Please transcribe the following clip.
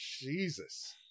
Jesus